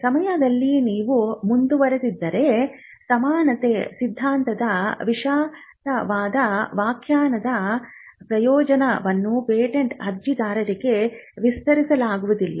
ಸಮಯದಲ್ಲಿ ನೀವು ಮುಂದುವರೆಯದಿದ್ದರೆ ಸಮಾನತೆ ಸಿದ್ಧಾಂತದ ವಿಶಾಲವಾದ ವ್ಯಾಖ್ಯಾನದ ಪ್ರಯೋಜನವನ್ನು ಪೇಟೆಂಟ್ ಅರ್ಜಿದಾರರಿಗೆ ವಿಸ್ತರಿಸಲಾಗುವುದಿಲ್ಲ